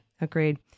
agreed